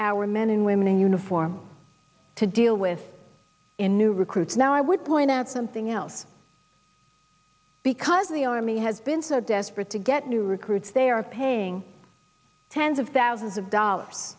our men and women in uniform to deal with in new recruits now i would point out something else because the army has been so desperate to get new recruits they are paying tens of thousands of dollars